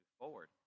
forward